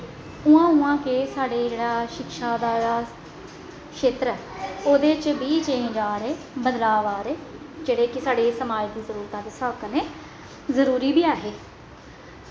उ'आं उ'आं गै साढ़े जेह्ड़ा शिक्षा दा क्षेत्र ऐ ओह्दे च बी चेंज़ आ दी बदलाव आ दे जेह्ड़े कि साढ़े समाज दी जरूरतां दे स्हाब कन्नै जरूरी बी ऐ हे